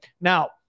Now